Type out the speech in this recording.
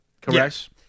Correct